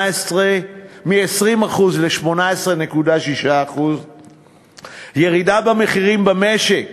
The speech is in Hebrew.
מ-20% ל-18.6%; ירידה במחירים במשק